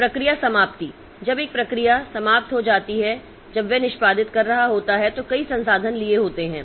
प्रक्रिया समाप्ति जब एक प्रक्रिया तब समाप्त हो जाती है जब वह निष्पादित कर रहा होता है तो कई संसाधन लिए होते हैं